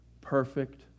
perfect